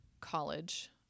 college